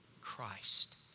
Christ